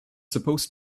supposed